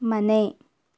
ಮನೆ